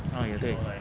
ah 有对